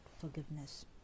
forgiveness